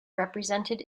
represented